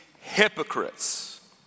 hypocrites